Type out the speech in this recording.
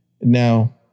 Now